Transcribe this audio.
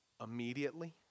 immediately